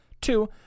Two